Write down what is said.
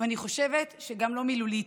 ואני חושבת שגם לא מילולית.